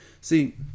See